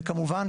כמובן,